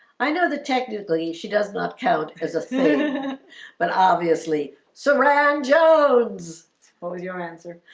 i know that technically she does not count as a food but obviously saran jones what was your answer?